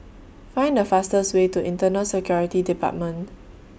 Find The fastest Way to Internal Security department